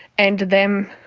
and them